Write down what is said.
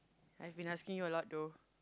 I've been asking you a lot though